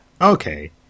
Okay